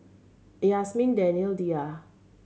Yasmin Danial Dhia